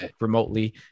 remotely